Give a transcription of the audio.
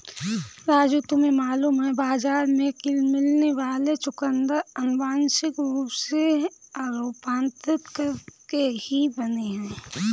राजू तुम्हें मालूम है बाजार में मिलने वाले चुकंदर अनुवांशिक रूप से रूपांतरित करके ही बने हैं